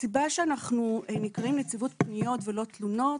הסיבה שאנחנו נקראים נציבות פניות ולא תלונות,